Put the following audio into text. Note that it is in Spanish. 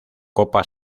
copa